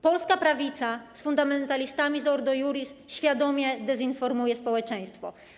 Polska prawica z fundamentalistami z Ordo Iuris świadomie dezinformuje społeczeństwo.